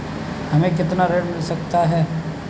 हमें कितना ऋण मिल सकता है?